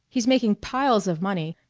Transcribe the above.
he's making piles of money.